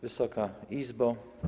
Wysoka Izbo!